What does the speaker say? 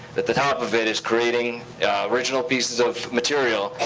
at the top of it is creating original pieces of material,